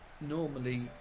normally